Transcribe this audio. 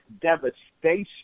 devastation